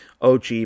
OG